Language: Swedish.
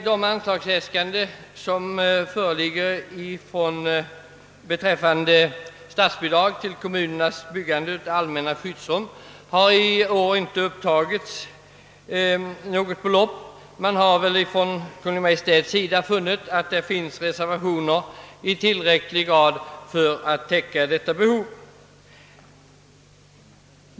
Herr talman! Något anslagsbelopp för kommunernas byggande av skyddsrum har i år inte tagits upp — Kungl. Maj:t har väl funnit att det finns tillräckliga reservationsanslag för att behovet skall kunna täckas.